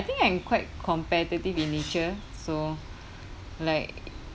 I think I'm quite competitive in nature so like